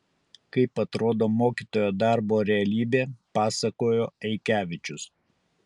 kaip atrodo mokytojo darbo realybė pasakojo eikevičius